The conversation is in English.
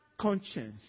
conscience